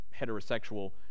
heterosexual